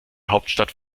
hauptstadt